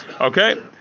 Okay